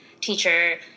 teacher